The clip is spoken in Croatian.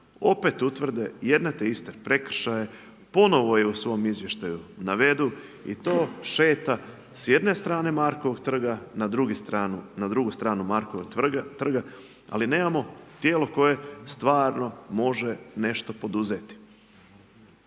opet utvrde jedno te iste prekršaje, ponovo je u svom izvještaju navedu i to šeta s jedne strane Markovog trga, na drugu stranu Markovog trga ali nemamo tijelo koje stvarno može nešto poduzeti.